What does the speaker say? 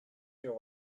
your